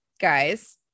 guys